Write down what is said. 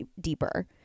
deeper